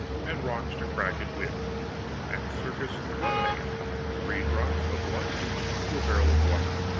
and rocks to crack it with and circus-lemonade three drops of lime juice to a barrel of water.